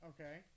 Okay